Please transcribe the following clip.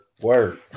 word